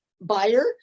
buyer